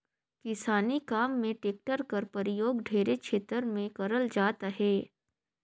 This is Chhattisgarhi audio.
किसानी काम मे टेक्टर कर परियोग ढेरे छेतर मे करल जात अहे